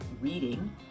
reading